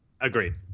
Agreed